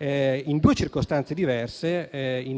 in due circostanze diverse,